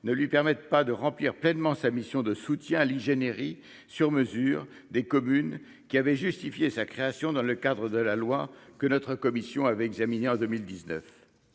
ne lui permettent pas de remplir pleinement sa mission de soutien l'IGN sur mesure des communes qui avait justifié sa création dans le cadre de la loi que notre commission avait examiné en 2019,